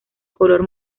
color